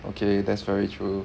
okay that's very true